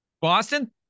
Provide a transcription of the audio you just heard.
Boston